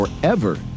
forever